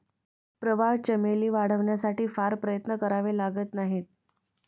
प्रवाळ चमेली वाढवण्यासाठी फार प्रयत्न करावे लागत नाहीत